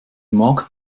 markt